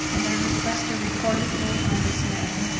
and i request a recorded vote on this matter.